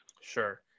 Sure